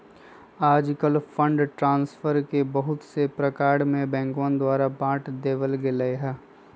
आजकल fund transfer के बहुत से प्रकार में बैंकवन द्वारा बांट देवल गैले है